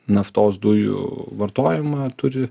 naftos dujų vartojimą turi